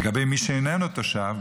לגבי מי שאיננו תושב,